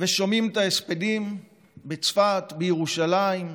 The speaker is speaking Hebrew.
ושומעים את ההספדים בצפת, בירושלים,